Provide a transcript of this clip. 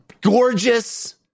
gorgeous